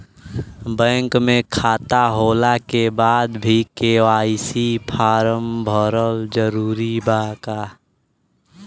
Bank में खाता होला के बाद भी के.वाइ.सी फार्म भरल जरूरी बा का?